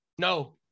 No